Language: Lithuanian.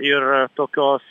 ir tokios